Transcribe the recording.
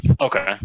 okay